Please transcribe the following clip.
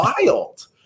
wild